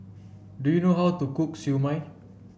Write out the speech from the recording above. do you know how to cook Siew Mai